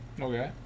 Okay